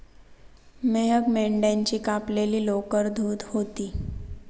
मेहक मेंढ्याची कापलेली लोकर धुत होती